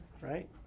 right